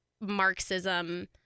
Marxism